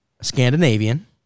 Scandinavian